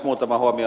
muutama huomio